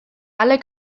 alle